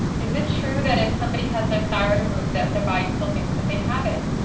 is it true that if somebody has their thyroid removed that their body still thinks that they have it?